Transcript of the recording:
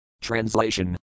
Translation